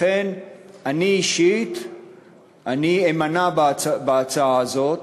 לכן אני אישית אמנע בהצבעה הזו.